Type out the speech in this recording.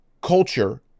culture